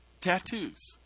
tattoos